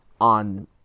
on